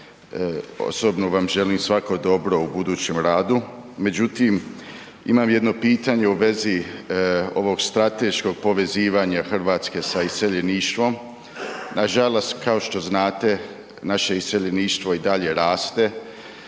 osobno vam želim svako dobro u budućem radu. Međutim imam jedno pitanje u vezi ovog strateškog povezivanja Hrvatske sa iseljeništvom. Nažalost kao što znate naše iseljeništvo i dalje raste,